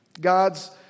God's